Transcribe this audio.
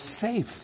safe